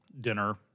dinner